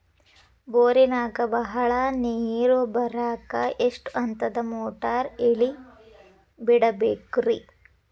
ಬೋರಿನಾಗ ಬಹಳ ನೇರು ಬರಾಕ ಎಷ್ಟು ಹಂತದ ಮೋಟಾರ್ ಇಳೆ ಬಿಡಬೇಕು ರಿ?